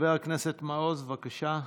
חבר הכנסת מעוז, בבקשה.